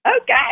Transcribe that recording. Okay